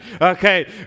okay